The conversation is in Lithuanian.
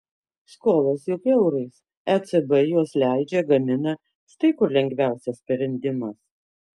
skolos juk eurais ecb juos leidžia gamina štai kur lengviausias sprendimas